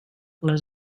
les